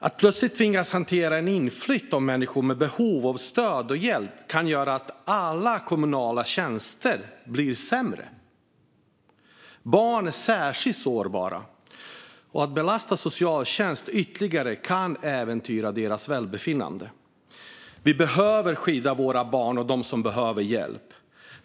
Att plötsligt tvingas hantera en inflyttning av människor med behov av stöd och hjälp kan göra att alla kommunala tjänster blir sämre. Barn är särskilt sårbara. Att belasta socialtjänsten ytterligare kan äventyra deras välbefinnande. Vi behöver skydda våra barn och dem som behöver hjälp.